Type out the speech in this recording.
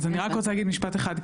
אז אני רק רוצה להגיד משפט אחד,